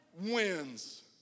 wins